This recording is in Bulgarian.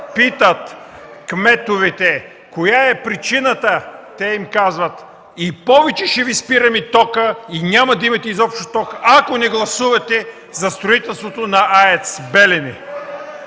питат кметовете коя е причината, те им казват: „И повече ще Ви спираме тока, и изобщо няма да имате ток, ако не гласувате за строителството на АЕЦ „Белене”.